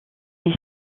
est